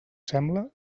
sembla